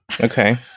okay